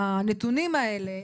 הנתונים האלה,